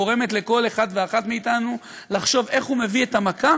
גורמת לכל אחד ואחת מאתנו לחשוב איך הוא מביא את המכה,